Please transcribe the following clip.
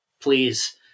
please